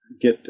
get